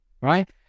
right